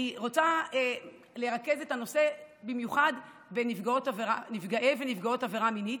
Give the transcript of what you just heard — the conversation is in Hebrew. אני רוצה למקד את הנושא במיוחד בנפגעי ונפגעות עבירה מינית.